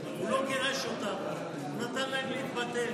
הוא לא גירש אותם, נתן להם להתבטא.